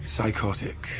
Psychotic